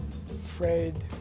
fred,